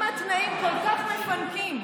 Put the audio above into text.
אם התנאים כל כך מפנקים,